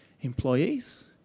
employees